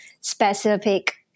specific